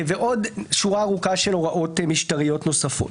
ועוד שורה ארוכה של הוראות משטריות נוספות.